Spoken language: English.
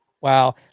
Wow